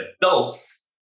adults